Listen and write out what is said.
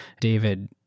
David